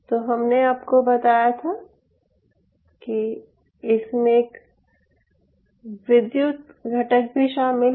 तो हमने आपको बताया था कि इसमें एक विद्युत घटक भी शामिल है